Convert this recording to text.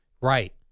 Right